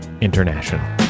International